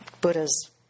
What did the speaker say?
Buddha's